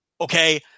Okay